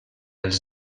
els